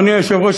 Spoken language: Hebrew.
אדוני היושב-ראש,